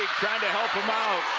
trying to help themout.